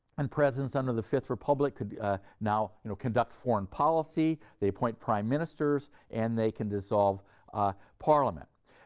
and presidents under the fifth republic could now you know conduct foreign policy, they appoint prime ministers and they can dissolve parliament.